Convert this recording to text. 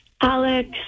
Alex